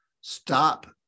stop